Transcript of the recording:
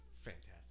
fantastic